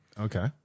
Okay